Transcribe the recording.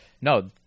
no